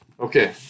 Okay